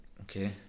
okay